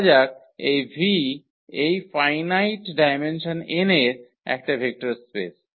ধরা যাক এই V এই ফাইনাইট ডায়মেনশন n এর একটা ভেক্টর স্পেস